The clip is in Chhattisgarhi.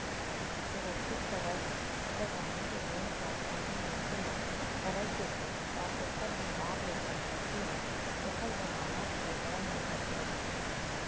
सुरक्छित करज, जब वाणिज्य बेंक ह कोनो मनखे ल करज देथे ता ओखर हिसाब ले संपत्ति ल ओखर जमानत के तौर म रखे रहिथे